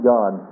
God